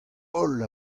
holl